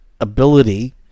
ability